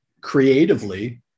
creatively